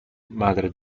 madre